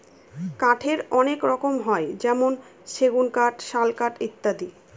কাঠের অনেক রকম হয় যেমন সেগুন কাঠ, শাল কাঠ ইত্যাদি